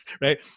right